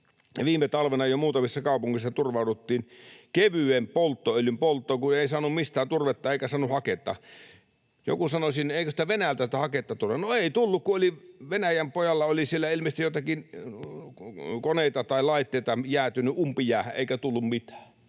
Viime talvena jo muutamissa kaupungeissa turvauduttiin kevyen polttoaineen polttoon, kun ei saanut mistään turvetta eikä saanut haketta. Joku sanoi siihen, että eikö sitä haketta Venäjältä tule. No ei tullut, kun Venäjän pojalla oli siellä ilmeisesti joitakin koneita tai laitteita jäätynyt umpijäähän eikä tullut mitään.